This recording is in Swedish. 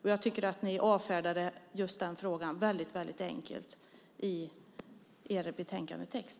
Jag tycker att ni avfärdade just den frågan väldigt enkelt i er betänkandetext.